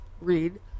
read